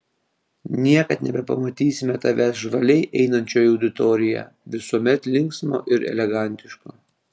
niekad nebepamatysime tavęs žvaliai einančio į auditoriją visuomet linksmo ir elegantiško